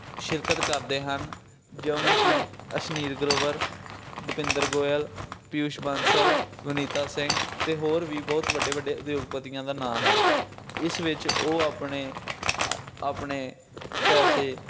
ਸ਼ਿਰਕਤ ਕਰਦੇ ਹਨ ਜਿਵੇਂ ਕਿ ਅਸ਼ਨੀਰ ਗਰੋਵਰ ਦੁਪਿੰਦਰ ਗੋਇਲ ਪਿਊਸ਼ ਬੰਸਲ ਬਨੀਤਾ ਸਿੰਘ ਅਤੇ ਹੋਰ ਵੀ ਬਹੁਤ ਵੱਡੇ ਵੱਡੇ ਉਦੋਗਪਤੀਆਂ ਦਾ ਨਾਂ ਹੈ ਇਸ ਵਿੱਚ ਉਹ ਆਪਣੇ ਆਪਣੇ ਪੈਸੇ